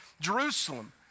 Jerusalem